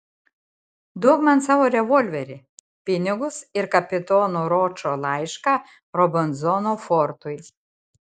duok man savo revolverį pinigus ir kapitono ročo laišką robinzono fortui